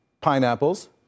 pineapples